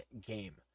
game